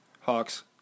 Hawks